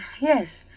Yes